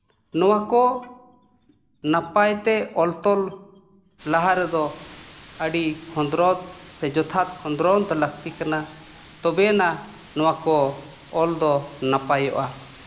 ᱱᱚᱣᱟ ᱠᱚ ᱱᱟᱯᱟᱭᱛᱮ ᱚᱞ ᱛᱚᱞ ᱞᱟᱦᱟ ᱨᱮᱫᱚ ᱟᱹᱰᱤ ᱠᱷᱚᱸᱫᱽᱨᱚᱸᱫ ᱥᱮ ᱡᱚᱛᱷᱟᱛ ᱠᱷᱚᱸᱫᱽᱨᱚᱸᱫ ᱞᱟᱹᱠᱛᱤ ᱠᱟᱱᱟ ᱛᱚᱵᱮ ᱟᱱᱟᱜ ᱱᱚᱣᱟ ᱠᱚ ᱚᱞ ᱫᱚ ᱱᱟᱯᱟᱭᱚᱜᱼᱟ